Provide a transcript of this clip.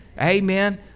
Amen